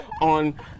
on